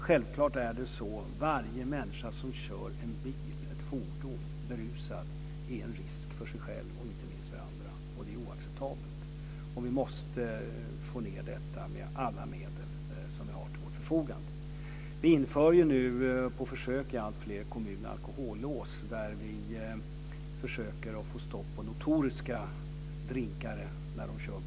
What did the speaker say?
Självklart är varje människa som kör ett fordon berusad en risk för sig själv och inte minst för andra. Det är oacceptabelt. Vi måste få ned rattonykterheten med alla medel som står till vårt förfogande. Vi inför på försök alkolås i alltfler kommuner och försöker därigenom få stopp på notoriska drinkare som kör bil.